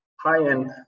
high-end